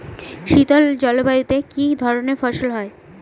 শীতল জলবায়ুতে কি ধরনের ফসল হয়?